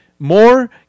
More